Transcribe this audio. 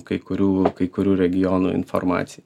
kai kurių kai kurių regionų informaciją